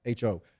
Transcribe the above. ho